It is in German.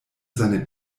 seine